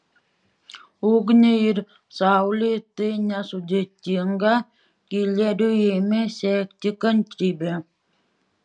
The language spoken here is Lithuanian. ugniai ir saulei tai nesudėtinga kileriui ėmė sekti kantrybė